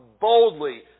boldly